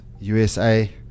USA